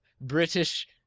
British